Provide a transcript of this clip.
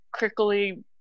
crickly